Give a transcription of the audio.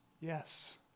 Yes